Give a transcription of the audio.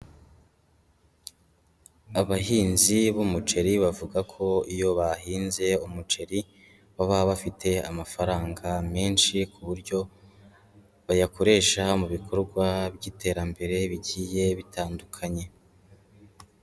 Abahinzi b'umuceri bavuga ko iyo bahinze umuceri baba bafite amafaranga menshi, ku buryo bayakoresha mu bikorwa by'iterambere bigiye bitandukanye.